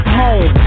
home